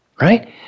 right